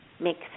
makes